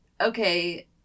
okay